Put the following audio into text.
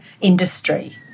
industry